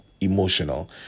emotional